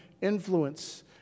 influence